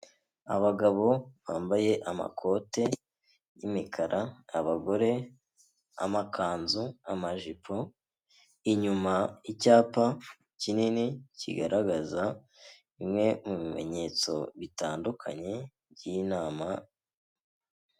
Abagabo bambaye amakote y'imikara, abagore amakanzu, amajipo, inyuma icyapa kinini kigaragaza bimwe mu bimenyetso bitandukanye by'inama.